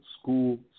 school